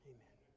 Amen